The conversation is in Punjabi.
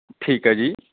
ਠੀਕ ਹੈ ਜੀ